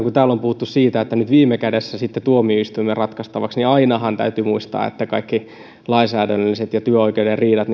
kun täällä on puhuttu siitä että nyt viime kädessä se menee sitten tuomioistuimen ratkaistavaksi niin täytyy muistaa että ainahan kaikki lainsäädännölliset ja työoikeuden riidat